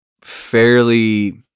fairly